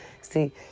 see